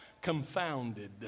confounded